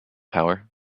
power